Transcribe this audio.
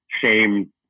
shame